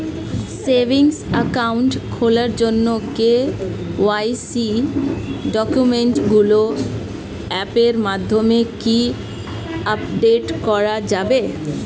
Savings account খোলার জন্য KYC ডকুমেন্টগুলো অ্যাপের মাধ্যমে কি আপডেট করা যাবে?